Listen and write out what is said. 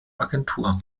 agentur